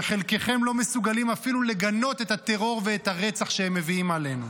שחלקכם לא מסוגלים אפילו לגנות את הטרור ואת הרצח שהם מביאים עלינו.